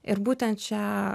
ir būtent šią